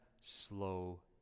slow